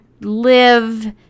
live